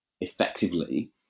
effectively